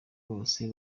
bose